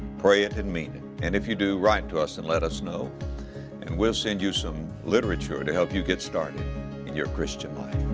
pray it and mean it. and if you do, write to us and let us know and we'll send you some literature to help you get started in your christian life.